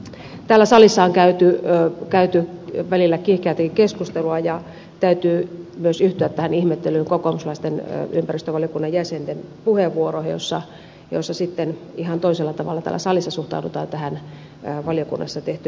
täällä salissa on käyty välillä kiihkeätäkin keskustelua ja täytyy myös yhtyä tähän ihmettelyyn kokoomuslaisten ympäristövaliokunnan jäsenten puheenvuoroista joissa sitten ihan toisella tavalla täällä salissa suhtaudutaan tähän valiokunnassa tehtyyn esitykseen